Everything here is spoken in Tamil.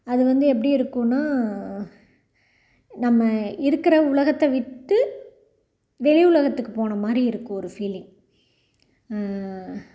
அது வந்து எப்படி இருக்கும்ன்னா நம்ம இருக்கிற உலகத்தை விட்டு வெளி உலகத்துக்கு போன மாதிரி இருக்கும் ஒரு ஃபீலிங்